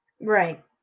Right